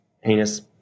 heinous